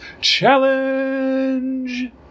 challenge